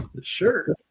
Sure